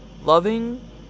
loving